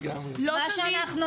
לא תמיד.